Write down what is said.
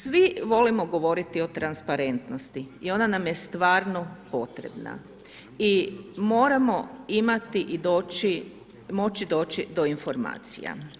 Svi volimo govoriti o transparentnosti i ona nam je stvarno potrebna i moramo imati i moći doći do informacija.